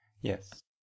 Yes